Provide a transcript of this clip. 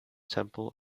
temple